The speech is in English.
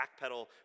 backpedal